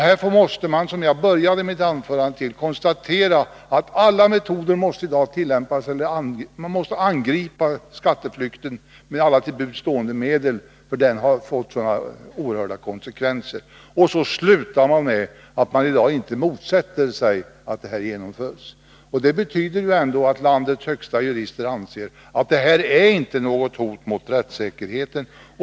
Därför måste man, vilket jag framhöll i början av mitt anförande, angripa skatteflykten med alla till buds stående medel, eftersom den har fått sådana oerhörda konsekvenser. Lagrådet avslutar med att framhålla att man inte motsätter sig denna ändring. Det betyder ändå att landets högsta jurister anser att denna klausul inte är något hot mot rättssäkerheten.